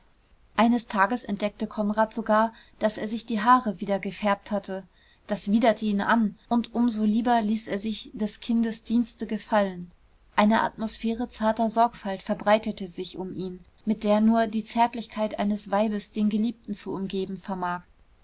eines tages entdeckte konrad sogar daß er sich die haare wieder gefärbt hatte das widerte ihn an und um so lieber ließ er sich des kindes dienste gefallen eine atmosphäre zarter sorgfalt verbreitete sich um ihn mit der nur die zärtlichkeit eines weibes den geliebten zu umgeben vermag